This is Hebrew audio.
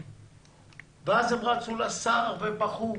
ואז הם רצו לשר ובכו.